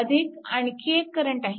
अधिक आणखी एक करंट आहे